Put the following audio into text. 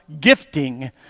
gifting